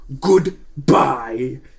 goodbye